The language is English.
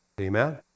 Amen